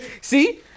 See